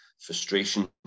Frustration